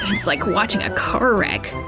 it's like watching a car wreck!